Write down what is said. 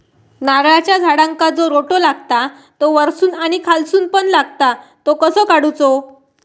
नारळाच्या झाडांका जो रोटो लागता तो वर्सून आणि खालसून पण लागता तो कसो काडूचो?